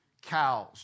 Cows